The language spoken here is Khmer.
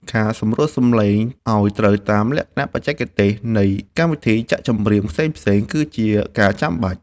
ការសម្រួលសំឡេងឱ្យត្រូវតាមលក្ខណៈបច្ចេកទេសនៃកម្មវិធីចាក់ចម្រៀងផ្សេងៗគឺជាការចាំបាច់។